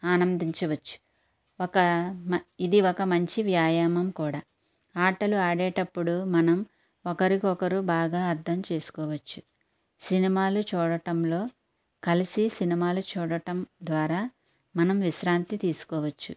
ఆనందించవచ్చు ఒక ఇది ఒక మంచి వ్యాయామం కూడా ఆటలు ఆడేటప్పుడు మనం ఒకరికొకరు బాగా అర్థం చేసుకోవచ్చు సినిమాలు చూడటంలో కలిసి సినిమాలు చూడటం ద్వారా మనం విశ్రాంతి తీసుకోవచ్చు